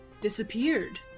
disappeared